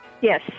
Yes